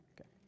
okay